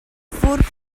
ffwrdd